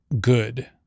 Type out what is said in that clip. good